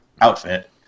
outfit